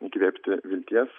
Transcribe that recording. įkvėpti vilties